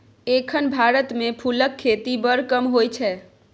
एखन भारत मे फुलक खेती बड़ कम होइ छै